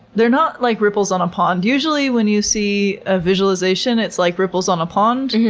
they're not like ripples on a pond. usually when you see a visualization, it's like ripples on a pond,